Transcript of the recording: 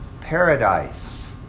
Paradise